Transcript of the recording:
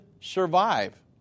survive